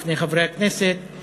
בפני חברי הכנסת,